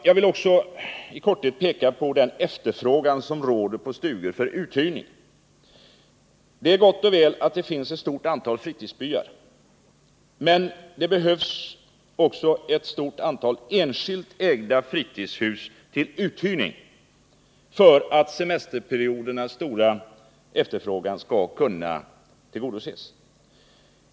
Jag vill också i korthet peka på den efterfrågan som råder på stugor för uthyrning. Det är gott och väl att det finns ett stort antal fritidsbyar, men det behövs också ett stort antal enskilt ägda fritidshus till uthyrning för att semesterperiodernas stora efterfrågan skall kunna tillgodoses.